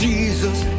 Jesus